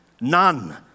None